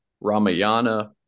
Ramayana